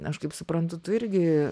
aš kaip suprantu tu irgi